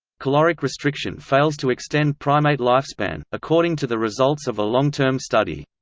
caloric restriction fails to extend primate lifespan, according to the results of a long-term study.